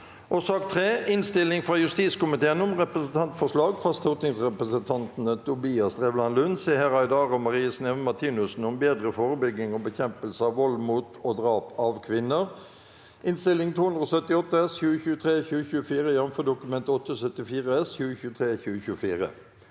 3. Innstilling fra justiskomiteen om Representantforslag fra stortingsrepresentantene Tobias Drevland Lund, Seher Aydar og Marie Sneve Martinussen om bedre forebygging og bekjempelse av vold mot og drap av kvinner (Innst. 278 S (2023–2024), jf. Dokument 8:74 S (2023–2024))